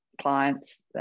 clients